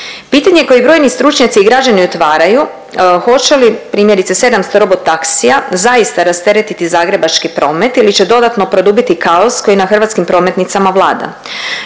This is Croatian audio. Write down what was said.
Pitanje koje brojni stručnjaci i građani otvaraju hoće li primjerice 700 robotaksija zaista rasteretiti zagrebački promet ili će dodatno produbiti kaos koji na hrvatskim prometnicama vlada